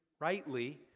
rightly